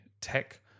tech